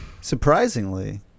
Surprisingly